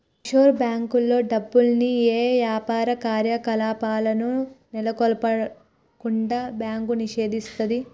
offshore బ్యేంకుల్లో డబ్బుల్ని యే యాపార కార్యకలాపాలను నెలకొల్పకుండా బ్యాంకు నిషేధిస్తది